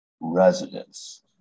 residents